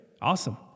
Awesome